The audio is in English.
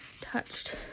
touched